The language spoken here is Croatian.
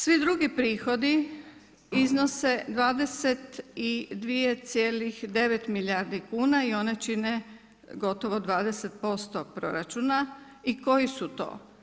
Svi dugi prihodi iznose 22,9 milijardi kuna i one čine gotovo 20% proračuna i koji su to?